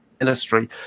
industry